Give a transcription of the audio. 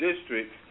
district